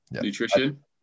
nutrition